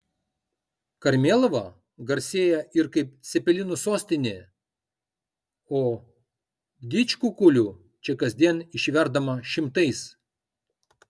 karmėlava garsėja ir kaip cepelinų sostinė o didžkukulių čia kasdien išverdama šimtais